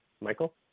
Michael